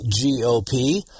GOP